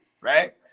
right